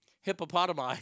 Hippopotami